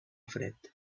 fred